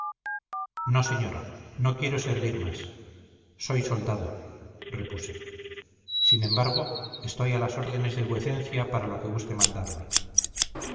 no señora no quiero servir más soy soldado repuse sin embargo estoy a las órdenes de vuecencia para lo que guste mandarme